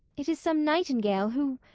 it is some nightingale who,